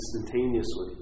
instantaneously